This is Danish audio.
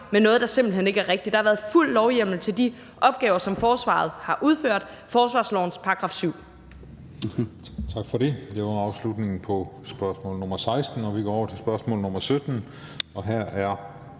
med noget, der simpelt hen ikke er rigtigt. Der har været fuld lovhjemmel til de opgaver, som forsvaret har udført: forsvarslovens § 7.